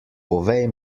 povej